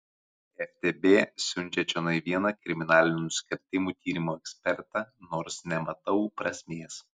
ftb siunčia čionai vieną kriminalinių nusikaltimų tyrimų ekspertą nors nematau prasmės